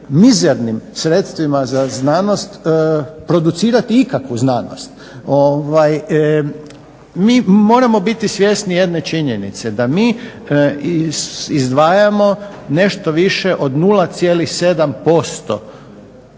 mizernim sredstvima za znanost producirati ikakvu znanost? Mi moramo biti svjesni jedne činjenice da mi izdvajamo nešto više od 0,7%